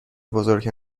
بزرگ